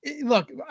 look